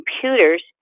computers